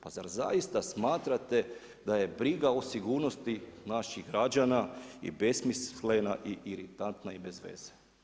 Pa zar zaista smatrate da je briga o sigurnosti naših građana i besmislena, i iritantna i bez veze?